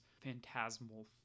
phantasmal